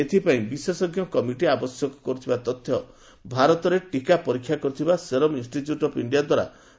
ଏଥିପାଇଁ ବିଶେଷଜ୍ଞ କମିଟି ଆବଶ୍ୟକ କରୁଥିବା ତଥ୍ୟ ଭାରତରେ ଟିକା ପରୀକ୍ଷା କରୁଥିବା ସେରମ୍ ଇନଷ୍ଟିଚ୍ୟୁଟ୍ ଅଫ୍ ଇଣ୍ଡିଆ ଦ୍ୱାରା ଦାଖଲ କରାଯାଇଛି